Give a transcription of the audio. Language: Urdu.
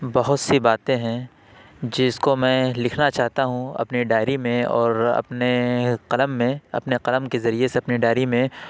بہت سی باتیں ہیں جس کو میں لکھنا چاہتا ہوں اپنے ڈائری میں اور اپنے قلم میں اپنے قلم کے ذریعے سے اپنے ڈائری میں